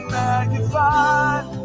magnified